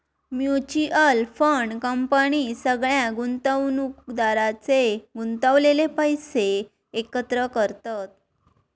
mutual fund company सगळ्या गुंतवणुकदारांचे गुंतवलेले पैशे एकत्र करतत